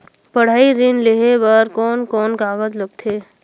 पढ़ाई ऋण लेहे बार कोन कोन कागज लगथे?